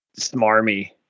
smarmy